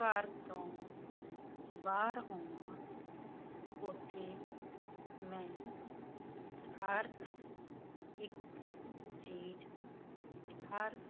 ਘਰ ਤੋਂ ਬਾਹਰ ਹੋਵਾਂ ਉਥੇ ਮੈਂ ਹਰ ਇਕ ਚੀਜ਼ ਹਰ